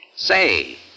Say